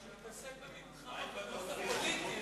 פשיטא, עם חוק, עם סדר, עם